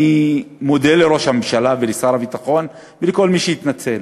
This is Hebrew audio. אני מודה לראש הממשלה ולשר הביטחון ולכל מי שהתנצל.